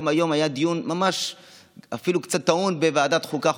גם היום היה דיון ממש אפילו קצת טעון בוועדת החוקה,